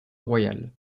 royale